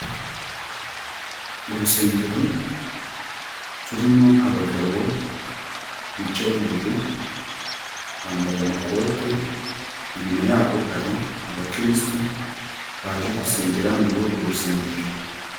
Mu rusengero turimo abagabo bicaye imbere, bambaye amakote, inyuma yabo hari abakirisitu baje gusengera muri urwo rusengero.